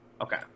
Okay